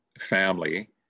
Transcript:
family